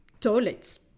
toilets